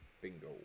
Bingo